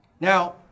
Now